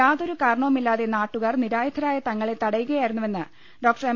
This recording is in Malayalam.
യാതൊരു കാര ണവുമില്ലാതെ നാട്ടുകാർ നിരായുധരായ തങ്ങളെ തടയുകയായിരുന്നുവെ ന്ന് ഡോക്ടർ എം